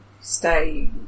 stay